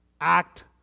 act